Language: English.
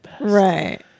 Right